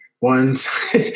ones